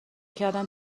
کردم